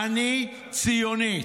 אני ציוני.